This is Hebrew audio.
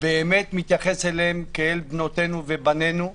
באמת מתייחס אליהם כאל בנותינו ובנינו,